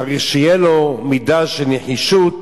צריך שתהיה לו מידה של נחישות